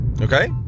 okay